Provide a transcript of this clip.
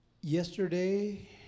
Yesterday